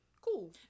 cool